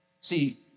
See